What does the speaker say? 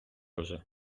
вже